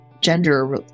gender